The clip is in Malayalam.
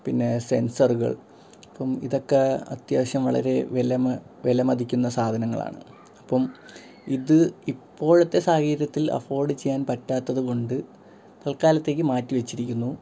പിന്നെ സെൻസറുകൾ അപ്പോള് ഇതൊക്ക അത്യാവശ്യം വളരെ വിലമതിക്കുന്ന സാധനങ്ങളാണ് അപ്പോള് ഇത് ഇപ്പോഴത്തെ സാഹചര്യത്തിൽ അഫോർഡ് ചെയ്യാൻ പറ്റാത്തത് കൊണ്ട് തൽക്കാലത്തേക്ക് മാറ്റിവെച്ചിരിക്കുന്നു